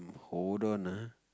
hold on ah